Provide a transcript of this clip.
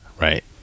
Right